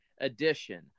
edition